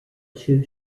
two